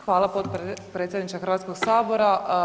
Hvala potpredsjedniče Hrvatskog sabora.